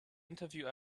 interview